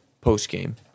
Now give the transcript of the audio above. post-game